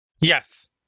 Yes